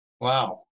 Wow